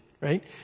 right